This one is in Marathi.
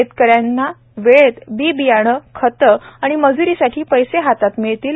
शेतकऱ्यांना वेळेत बी बियाणे खते व मज्री साठी पैसे हातात मिळतील